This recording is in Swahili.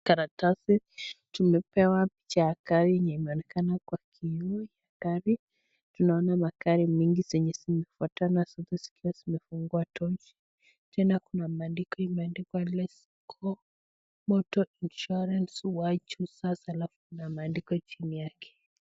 Karatasi tumepewa picha ya gari yenye inaonekana kwa kioo ya gari, tunaona magari mingi zenye zimefuatana zote zikiwa zimefungua tochi, tena kuna maandiko imeandikwa LetsGo Motor Insurance why choose us ? halafu kuna maandiko chini yake.